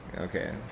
Okay